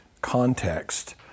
context